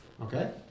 Okay